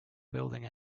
building